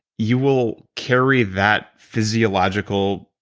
you will carry that physiological,